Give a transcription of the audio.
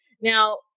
Now